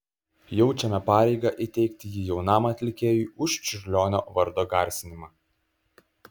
jaučiame pareigą įteikti jį jaunam atlikėjui už čiurlionio vardo garsinimą